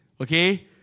okay